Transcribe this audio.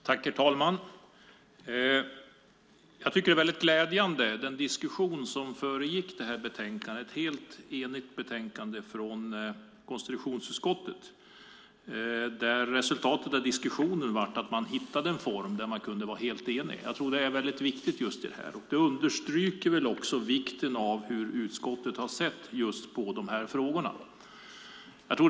Herr talman! Det är glädjande att som ett resultat av våra diskussioner kunna presentera ett betänkande av ett enigt utskott. Detta understryker hur viktiga dessa frågor har varit för utskottet.